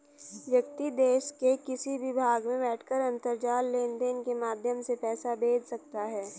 व्यक्ति देश के किसी भी भाग में बैठकर अंतरजाल लेनदेन के माध्यम से पैसा भेज सकता है